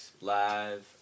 live